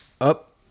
up